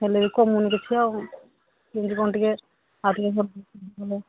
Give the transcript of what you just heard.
ହେଲେ ବି କମୁନି କିଛି ଆଉ କେମିତି କ'ଣ ଟିକେ